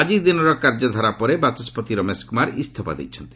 ଆକି ଦିନର କାର୍ଯ୍ୟଧାରା ପରେ ବାଚସ୍ୱତି ରମେଶ କୁମାର ଇସ୍ତଫା ଦେଇଛନ୍ତି